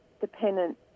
dependent